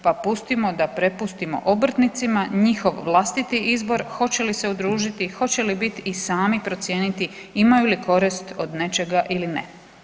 Pa pustimo da prepustimo obrtnicima njihov vlastiti izbor hoće li se udružiti, hoće li biti i sami procijeniti imaju li korist od nečega ili ne.